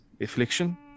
affliction